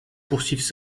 poursuivent